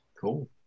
cool